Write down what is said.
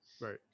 right